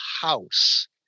house